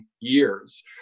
years